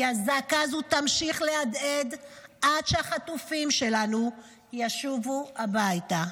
כי הזעקה הזו תמשיך להדהד עד שהחטופים שלנו ישובו הביתה.